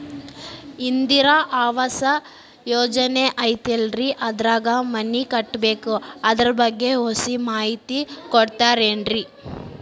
ಇಂದಿರಾ ಆವಾಸ ಯೋಜನೆ ಐತೇಲ್ರಿ ಅದ್ರಾಗ ಮನಿ ಕಟ್ಬೇಕು ಅದರ ಬಗ್ಗೆ ಒಸಿ ಮಾಹಿತಿ ಕೊಡ್ತೇರೆನ್ರಿ?